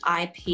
IP